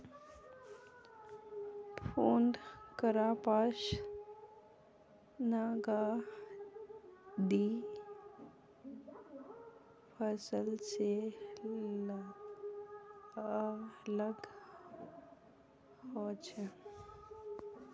food crops नगदी फसल से अलग होचे